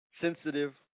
sensitive